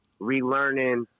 relearning